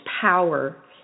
power